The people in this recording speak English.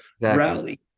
Rally